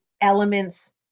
elements